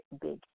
big